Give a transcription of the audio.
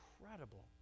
incredible